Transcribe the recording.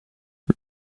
you